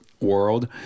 world